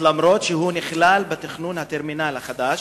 אף-על-פי שהוא נכלל בתכנון הטרמינל החדש?